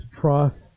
trust